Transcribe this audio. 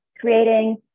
creating